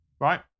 right